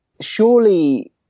surely